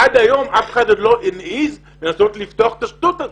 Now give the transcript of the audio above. עד היום אף אחד עוד לא העז לנסות לפתוח את השטות הזאת.